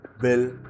Bill